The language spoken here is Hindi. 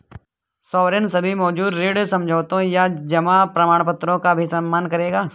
सॉवरेन सभी मौजूदा ऋण समझौतों या जमा प्रमाणपत्रों का भी सम्मान करेगा